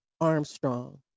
Armstrong